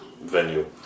venue